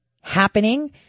happening